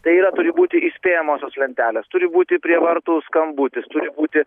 tai yra turi būti įspėjamosios lentelės turi būti prie vartų skambutis turi būti